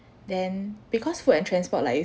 then because food and transport like it's